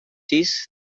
sis